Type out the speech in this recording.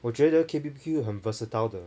我觉得 K_B_B_Q 很 versatile 的